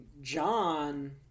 John